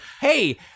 hey